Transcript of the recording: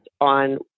on